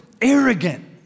arrogant